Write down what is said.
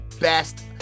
best